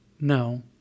no